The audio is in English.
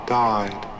died